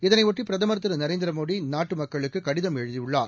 இதனையொட்டி பிரதமர் திரு நரேந்திரமோடி நாட்டு மக்களுக்கு கடிதம் எழுதியுள்ளார்